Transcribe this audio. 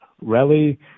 rally